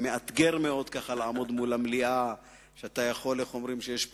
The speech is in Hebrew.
זה מאתגר מאוד לעמוד מול המליאה כשיש פה